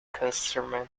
customer